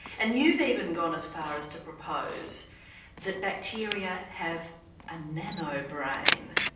and you've even gone as far as to propose that bacteria have a nanobrain.